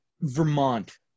Vermont